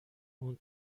اون